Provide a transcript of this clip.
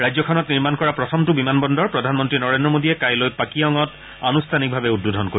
ৰাজ্যখনত নিৰ্মাণ কৰা প্ৰথমটো বিমান বন্দৰ প্ৰধানমন্ত্ৰী নৰেন্দ্ৰ মোদীয়ে কাইলৈ পাকিয়ঙত আনুষ্ঠানিকভাৱে উদ্বোধন কৰিব